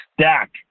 stack